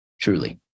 Truly